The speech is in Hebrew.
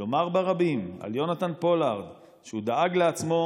לומר ברבים על יונתן פולארד שהוא דאג לעצמו